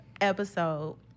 episode